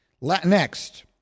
Next